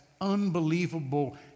unbelievable